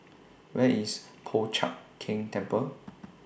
Where IS Po Chiak Keng Temple